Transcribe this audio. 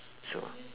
so